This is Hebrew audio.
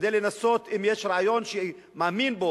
כדי לנסות אם יש רעיון שהוא מאמין בו